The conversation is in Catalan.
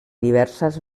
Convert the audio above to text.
diverses